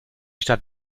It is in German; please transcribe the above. stadt